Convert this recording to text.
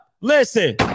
listen